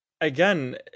again